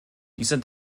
dieser